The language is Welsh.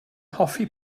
hoffi